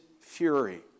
fury